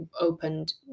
opened